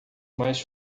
mais